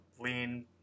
lean